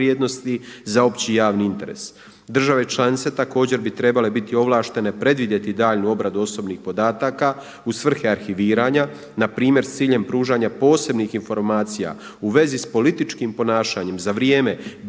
za opći javni interes. Države članice također bi trebale biti ovlaštene predvidjeti daljnju obradu osobnih podataka uz svrhe arhiviranja npr. s ciljem pružanja posebnih informacija u svezi s političkim ponašanjem za vrijeme bivših